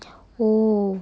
oh